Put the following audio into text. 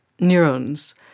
neurons